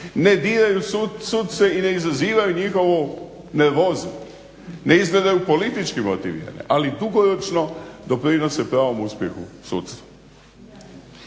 ne diraju suce i ne izazivaju njihovu nervozu, ne izgledaju politički motivirane, ali dugoročno doprinose pravom uspjehu sudstva.